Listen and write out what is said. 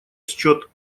счет